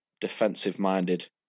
defensive-minded